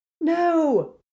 No